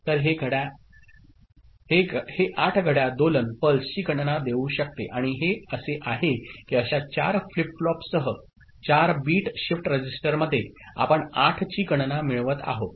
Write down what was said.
तर हे 8 घड्याळ दोलन पल्स ची गणना देऊ शकते आणि हे असे आहे की अशा चार फ्लिप फ्लॉपसह 4 बिट शिफ्ट रजिस्टरमध्ये आपण 8 ची गणना मिळवत आहोत